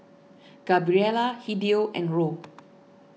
Gabriela Hideo and Roe